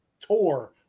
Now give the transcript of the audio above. tour